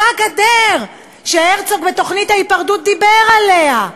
אותה גדר שהרצוג בתוכנית ההיפרדות דיבר עליה,